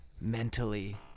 mentally